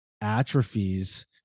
atrophies